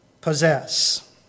possess